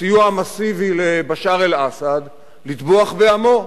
בסיוע המסיבי לבשאר אל-אסד לטבוח בעמו,